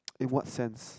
in what sense